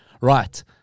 Right